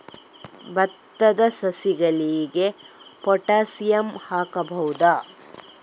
ಭತ್ತದ ಸಸಿಗಳಿಗೆ ಪೊಟ್ಯಾಸಿಯಂ ಹಾಕಬಹುದಾ?